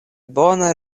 bone